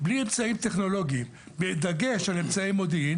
בלי אמצעים טכנולוגיים בדגש על אמצעי מודיעין